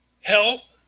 health